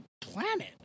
planet